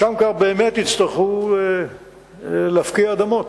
שם כבר באמת יצטרכו להפקיע אדמות.